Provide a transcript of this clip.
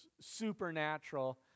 supernatural